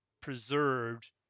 preserved